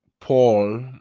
Paul